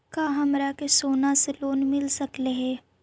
का हमरा के सोना से लोन मिल सकली हे?